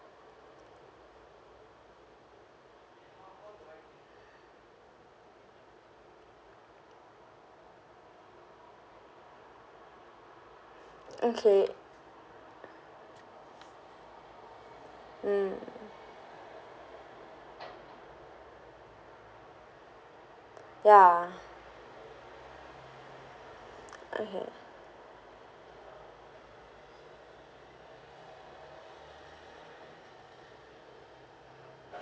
mm ya okay